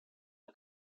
der